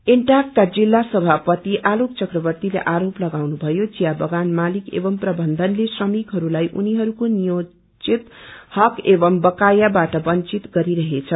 इन्टकका जिल्ला सभापति आलोक चक्रवर्तीले आरोप लगाउनु भयो चिया बगान मालिक एवं प्रबन्धनले श्रमिकहरूलाई उनीहरूको न्यायोचित हक एवं वकायाबाट बन्चित गरिरहेछ